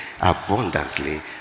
abundantly